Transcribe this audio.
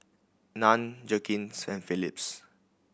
Nan Jergens and Philips